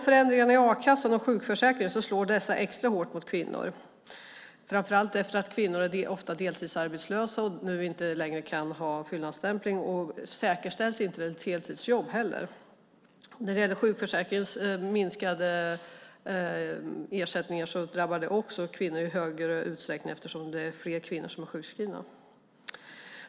Förändringarna i a-kassan och sjukförsäkringen slår extra hårt mot kvinnor, framför allt eftersom kvinnor ofta är deltidsarbetslösa, nu inte längre kan fyllnadsstämpla och inte heller garanteras ett heltidsjobb. De minskade ersättningarna i sjukförsäkringen drabbar också kvinnor i större utsträckning, eftersom det är fler kvinnor än män som är sjukskrivna.